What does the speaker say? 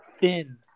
thin